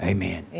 Amen